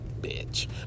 bitch